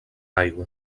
aigua